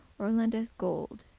or lend us gold,